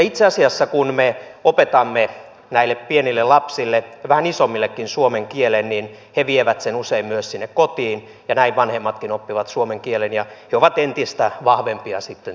itse asiassa kun me opetamme näille pienille lapsille vähän isommillekin suomen kielen niin he vievät sen usein myös sinne kotiin ja näin vanhemmatkin oppivat suomen kielen ja he ovat entistä vahvempia sitten työmarkkinoillakin